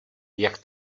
jak